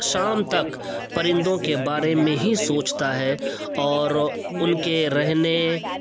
شام تک پرندوں کے بارے میں ہی سوچتا ہے اور ان کے رہنے